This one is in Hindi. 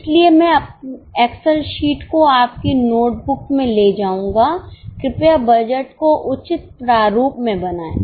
इसलिए मैं एक्सेल शीट को आप की नोटबुक में ले जाऊंगा कृपया बजट को उचित प्रारूप में बनाएं